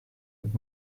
with